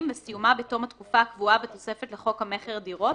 וסיומה בתום התקופה הקבועה בתוספת לחוק המכר (דירות)